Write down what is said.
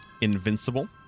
Invincible